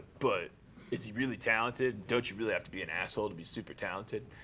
but is he really talented? don't you really have to be an asshole to be super-talented?